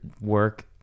work